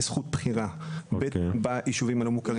זכות בחירה ביישובים הלא מוכרים בנגב.